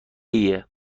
ایه